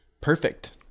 Perfect